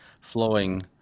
flowing